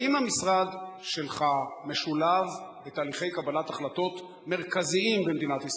האם המשרד שלך משולב בתהליכי קבלת החלטות מרכזיים במדינת ישראל?